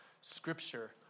Scripture